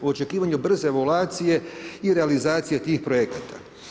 U očekivanju brze evaluacije i realizacije tih projekata.